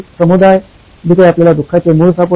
समुदाय जिथे आपल्याला दुःखाचे मूळ सापडते